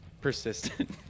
persistent